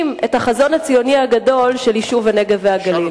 את החזון הציוני הגדול של יישוב הנגב והגליל.